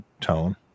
tone